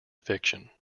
fiction